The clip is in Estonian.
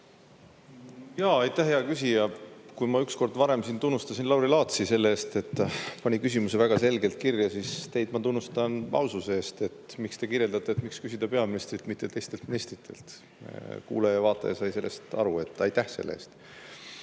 kaldu? Aitäh, hea küsija! Kui ma ükskord varem siin tunnustasin Lauri Laatsi selle eest, et pani küsimuse väga selgelt kirja, siis teid ma tunnustan aususe eest, et te kirjeldate, et miks küsida peaministrilt, mitte teistelt meistritelt. Kuulaja ja vaataja sai sellest aru. Aitäh selle